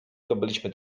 zdobyliśmy